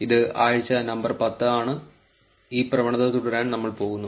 ഇത് ആഴ്ച നമ്പർ 10 ആണ് ഈ പ്രവണത തുടരാൻ നമ്മൾ പോകുന്നു